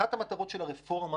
אחת המטרות של הרפורמה